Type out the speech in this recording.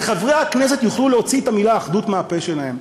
וחברי הכנסת יוכלו להוציא את המילה אחדות מהפה שלהם.